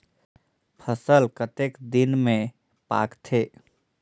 फसल कतेक दिन मे पाकथे?